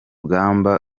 rugamba